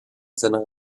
than